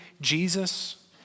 Jesus